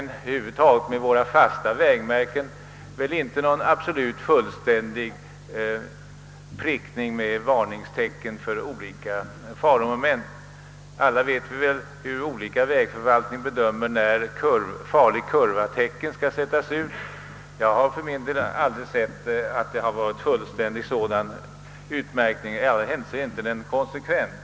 När det gäller våra fasta vägmärken har vi över huvud taget inte någon absolut fullständig utprickning med varningstecken för faromoment. Alla vet vi väl hur olika vägförvaltningarna bedömer frågan om när »farligkurva»-tecken skall sättas ut. Jag har aldrig sett att det förekommit en fullständig utmärkning av det slaget — i alla händelser är den inte konsekvent.